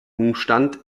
umstand